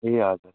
ए हजुर हजुर